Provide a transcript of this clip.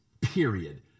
period